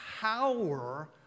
power